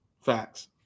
facts